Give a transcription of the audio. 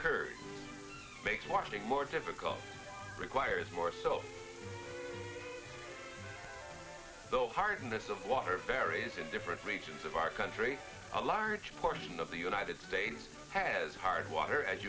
curd makes washing more difficult requires more so the hardness of water varies in different regions of our country a large portion of the united states has hard water as